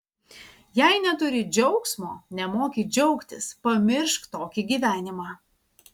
jei neturi džiaugsmo nemoki džiaugtis pamiršk tokį gyvenimą